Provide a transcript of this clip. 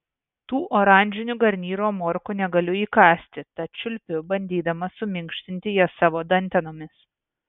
tų oranžinių garnyro morkų negaliu įkąsti tad čiulpiu bandydama suminkštinti jas savo dantenomis